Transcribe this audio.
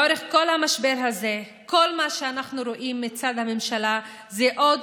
לאורך כל המשבר הזה כל מה שאנחנו רואים מצד הממשלה זה עוד